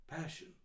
passion